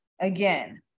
Again